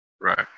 Right